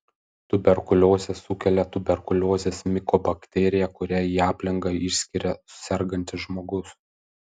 tuberkuliozę sukelia tuberkuliozės mikobakterija kurią į aplinką išskiria sergantis žmogus